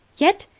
yet,